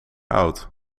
oud